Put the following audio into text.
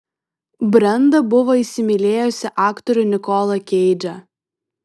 brenda buvo įsimylėjusi aktorių nikolą keidžą